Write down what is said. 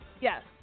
Yes